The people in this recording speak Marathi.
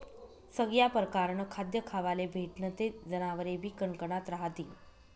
सगया परकारनं खाद्य खावाले भेटनं ते जनावरेबी कनकनात रहातीन